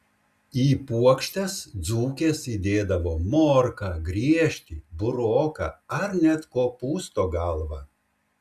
į puokštes dzūkės įdėdavo morką griežtį buroką ar net kopūsto galvą